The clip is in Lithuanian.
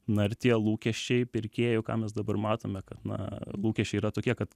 na ir tie lūkesčiai pirkėjų ką mes dabar matome kad na lūkesčiai yra tokie kad